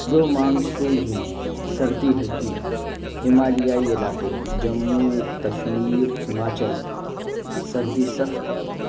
دو مانسوز میں سردی حلکی ہمالیہئی علاقے جموں کشمیر ہماچل سردی سخت